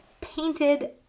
painted